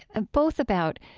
ah both about,